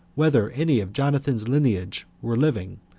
whether any of jonathan's lineage were living,